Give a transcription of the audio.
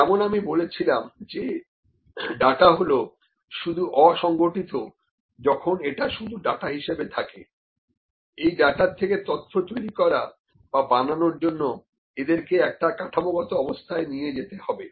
যেমন আমি বলেছিলাম যে ডাটা হলো শুধু অসংগঠিত যখন এটা শুধু ডাটা হিসেবে থাকে এই ডাটা থেকে তথ্য তৈরি করা বা বানানোর জন্য এদেরকে একটা কাঠামোগত অবস্থায় নিয়ে যেতে হবে